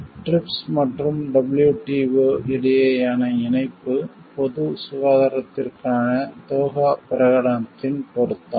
TRIPS மற்றும் WTO இடையேயான இணைப்பு பொது சுகாதாரத்திற்கான தோஹா பிரகடனத்தின் பொருத்தம்